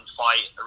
fight